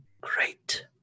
great